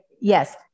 Yes